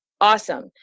awesome